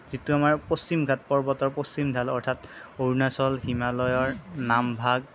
যিটো আমাৰ পশ্চিমঘাট পৰ্বতৰ পশ্চিম ঢাল অৰ্থাৎ অৰুণাচল হিমালয়ৰ নাম ভাগ